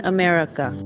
America